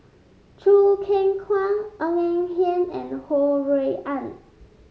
Choo Keng Kwang Ng Eng Hen and Ho Rui An